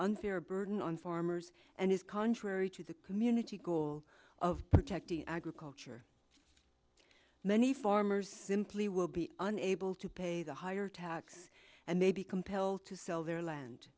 unfair burden on farmers and is contrary to the community goal of protecting agriculture many farmers simply will be unable to pay the higher tax and may be compelled to sell their land